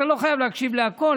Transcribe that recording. אתה לא חייב להקשיב לכול,